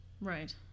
Right